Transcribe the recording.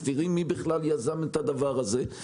מסתירים מי בכלל יזם את הדבר הזה,